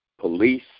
Police